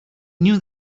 knew